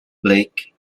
blake